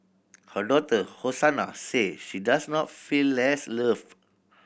her daughter Hosanna say she does not feel less loved